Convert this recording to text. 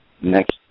next